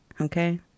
okay